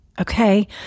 Okay